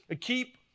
Keep